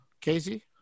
Casey